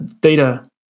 data